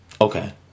Okay